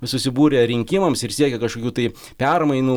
susibūrė rinkimams ir siekia kažkokių tai permainų